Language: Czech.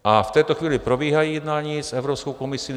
V této chvíli probíhají jednání s Evropskou komisí.